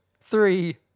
Three